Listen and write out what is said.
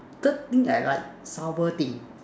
third thing I like sour thing